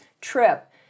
trip